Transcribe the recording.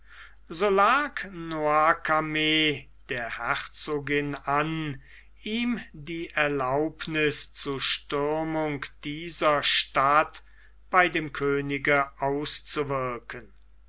noircarmes der herzogin an ihm die erlaubniß zu stürmung dieser stadt bei dem könige auszuwirken